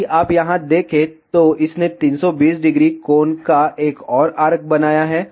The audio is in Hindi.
यदि आप यहां देखें तो इसने 320 ° कोण का एक और आर्क बनाया है